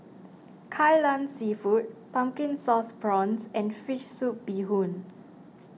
Kai Lan Seafood Pumpkin Sauce Prawns and Fish Soup Bee Hoon